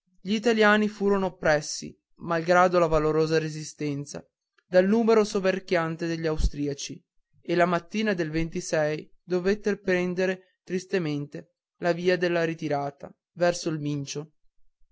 gli italiani furono oppressi malgrado la valorosa resistenza dal numero soverchiante degli austriaci e la mattina del ventisei dovettero prender tristamente la via della ritirata verso il mincio